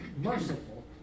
merciful